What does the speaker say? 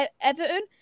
Everton